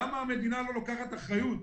למה המדינה לא לוקחת אחריות?